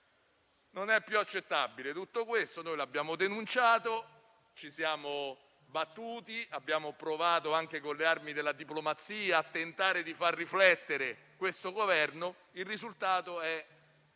Non è più accettabile tutto questo; l'abbiamo denunciato, ci siamo battuti, abbiamo provato, anche con le armi della diplomazia, a far riflettere questo Governo. Il risultato è quello